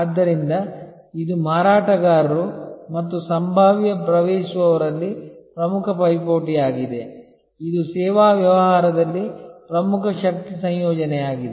ಆದ್ದರಿಂದ ಇದು ಮಾರಾಟಗಾರರು ಮತ್ತು ಸಂಭಾವ್ಯ ಪ್ರವೇಶಿಸುವವರಲ್ಲಿ ಪ್ರಮುಖ ಪೈಪೋಟಿಯಾಗಿದೆ ಇದು ಸೇವಾ ವ್ಯವಹಾರದಲ್ಲಿ ಪ್ರಮುಖ ಶಕ್ತಿ ಸಂಯೋಜನೆಯಾಗಿದೆ